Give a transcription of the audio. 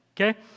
Okay